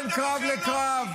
בין קרב לקרב.